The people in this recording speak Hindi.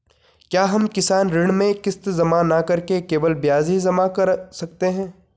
क्या हम किसान ऋण में किश्त जमा न करके केवल ब्याज ही जमा कर सकते हैं?